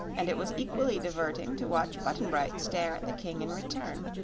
and it was equally diverting to watch button-bright stare at the king in return.